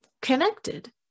connected